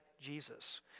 Jesus